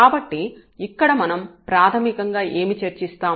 కాబట్టి ఇక్కడ మనం ప్రాథమికంగా ఏమి చర్చిస్తాం